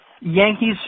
Yankees